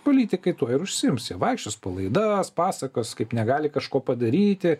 politikai tuo ir užsiims jie vaikščios po laidas pasakos kaip negali kažko padaryti